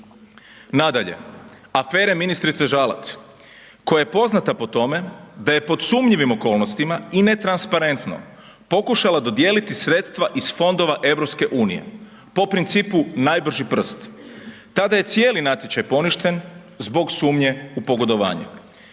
Nadalje, afere ministrice Žalac koja je poznata pod tome da je pod sumnjivim okolnostima i netransparentno pokušala dodijeliti sredstva iz fondova EU po principu najbrži prst. Tada je cijeli natječaj poništen zbog sumnje u pogodovanje.